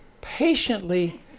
patiently